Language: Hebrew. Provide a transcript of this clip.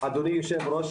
אדוני יושב-ראש